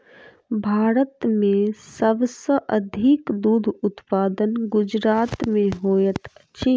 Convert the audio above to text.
भारत में सब सॅ अधिक दूध उत्पादन गुजरात में होइत अछि